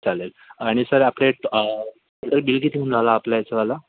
चालेल आणि सर आपले सर बिल किती होऊन राहिलं आपल्या ह्याचंवालं